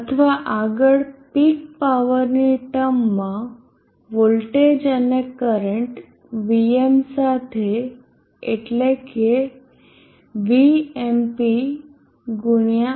અથવા આગળ પીક પાવરની ટર્મમાં વોલ્ટેજ અને કરંટ Vm સાથે એટલે કે VmpImpLAcell છે